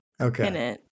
Okay